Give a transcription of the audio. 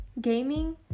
gaming